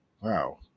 wow